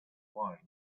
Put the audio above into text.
wine